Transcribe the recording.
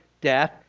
death